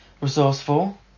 resourceful